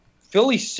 Philly